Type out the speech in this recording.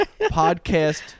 podcast